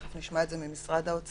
תיכף נשמע את זה ממשרד האוצר